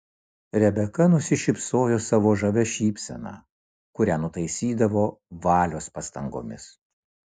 rebeka nusišypsojo savo žavia šypsena kurią nutaisydavo valios pastangomis